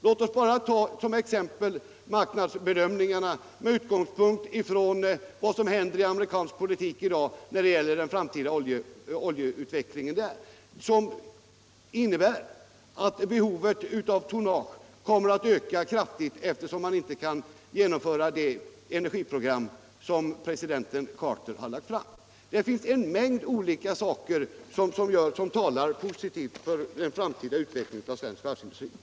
Låt mig bara ta som exempel marknadsbedömningarna med utgångspunkt i vad som händer i amerikansk politik i dag när det gäller den framtida oljeutvecklingen där, som innebär att behovet av tonnage kommer att öka kraftigt, eftersom man annars inte kan genomföra de energiprogram som president Carter har lagt fram. Det finns en mängd olika faktorer som talar positivt för en framtida utveckling av svensk varvsindustri.